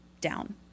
down